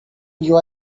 you